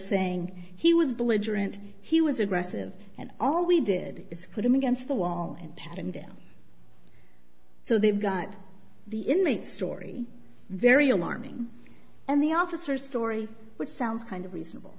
saying he was belligerent he was aggressive and all we did is quote him against the wall and have him down so they've got the inmate story very alarming and the officer story which sounds kind of reasonable